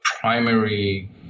primary